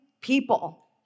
people